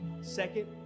Second